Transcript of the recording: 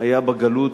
היה בגלות,